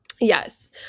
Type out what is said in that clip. yes